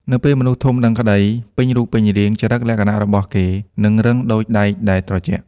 នៅពេលមនុស្សធំដឹងក្ដីពេញរូបពេញរាង ចរិតលក្ខណៈរបស់គេនឹងរឹងដូចដែកដែលត្រជាក់។